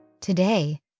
Today